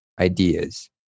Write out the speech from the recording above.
ideas